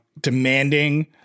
demanding